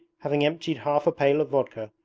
having emptied half a pail of vodka,